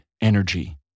energy